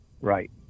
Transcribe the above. right